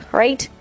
right